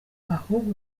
ahubwo